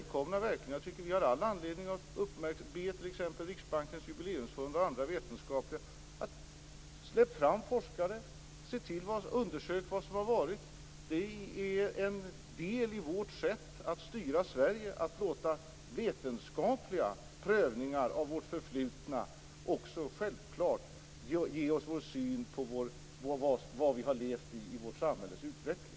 Jag tycker att vi har all anledning att be t.ex. Riksbankens Jubileumsfond och andra vetenskapliga institutioner att släppa fram forskare för att undersöka det som har varit. Att låta vetenskapliga prövningar av det förflutna ge oss vår syn på samhällets utveckling är en del i vårt sätt att styra Sverige.